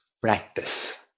practice